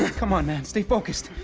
come on, man. stay focused.